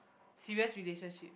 serious relationship